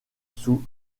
sous